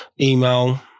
email